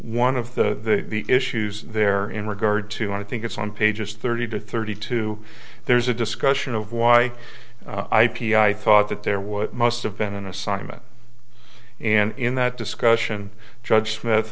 one of the issues there in regard to i think it's on pages thirty to thirty two there's a discussion of why i p i thought that there what must have been an assignment and in that discussion judge smith